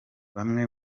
bamwe